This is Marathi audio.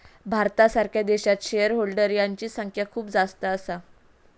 भारतासारख्या देशात शेअर होल्डर यांची संख्या खूप जास्त असा